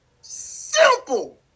Simple